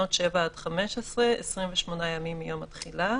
7 עד 15,- 28 ימים מיום התחילה.